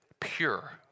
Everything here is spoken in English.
pure